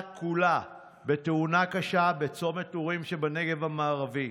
כולה בתאונה קשה בצומת אורים שבנגב המערבי: